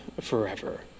forever